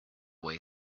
way